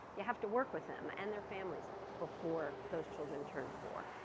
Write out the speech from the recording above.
you have to work with them and their families before those children turn four.